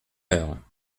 heure